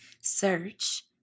Search